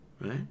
Right